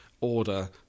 order